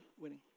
winning